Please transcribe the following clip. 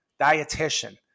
dietitian